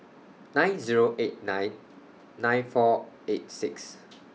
nine Zero eight nine nine four eight six